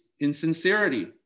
insincerity